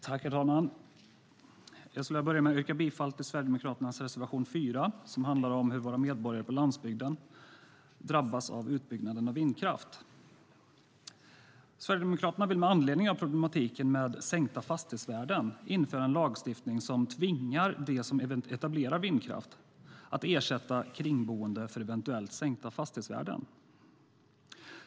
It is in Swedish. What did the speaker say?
Herr talman! Jag skulle vilja börja med att yrka bifall till Sverigedemokraternas reservation 4, som handlar om hur våra medborgare på landsbygden drabbas av utbyggnaden av vindkraft. Sverigedemokraterna vill med anledning av problematiken med sänkta fastighetsvärden införa en lagstiftning som tvingar dem som etablerar vindkraftverk att ersätta kringboende för eventuellt sänkta fastighetsvärden.